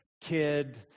kid